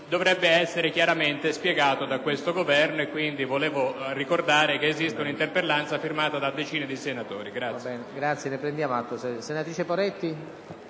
dovrebbe essere chiaramente spiegato da questo Governo. Volevo quindi ricordare che esiste un'interpellanza firmata da decine di senatori.